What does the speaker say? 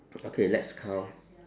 okay let's count